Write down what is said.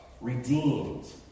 redeemed